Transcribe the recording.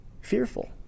fearful